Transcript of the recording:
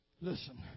Listen